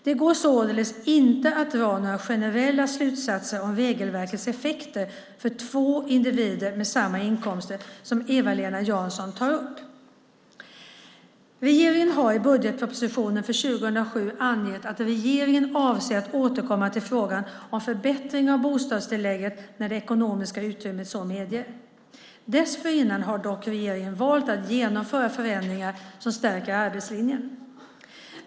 Det går således inte att dra några generella slutsatser om regelverkens effekter för två individer med samma inkomster som Eva-Lena Jansson tar upp. Regeringen har i budgetpropositionen för 2007 angett att regeringen avser att återkomma till frågan om förbättringar av bostadstillägget när det ekonomiska utrymmet så medger. Dessförinnan har dock regeringen valt att genomföra förändringar som stärker arbetslinjen.